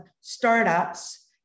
startups